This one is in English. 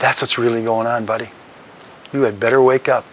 at's what's really going on buddy you had better wake up